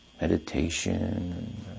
meditation